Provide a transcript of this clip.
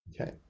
Okay